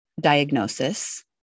diagnosis